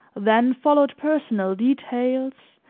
then followed personal details,